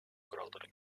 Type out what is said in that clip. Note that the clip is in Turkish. kuralları